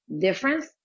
difference